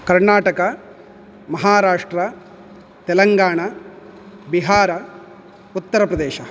कर्णाटका महाराष्ट्रा तेलङ्गाण बिहार् उत्तरप्रदेशः